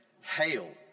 Hail